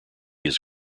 his